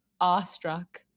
awestruck